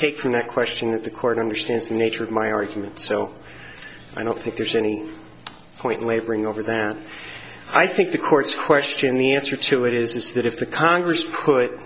take from that question that the court understands the nature of my argument so i don't think there's any point in wavering over that i think the court's question the answer to it is is that if the congress put